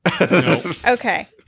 Okay